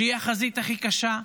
שהיא החזית הכי קשה,